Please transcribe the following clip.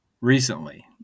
recently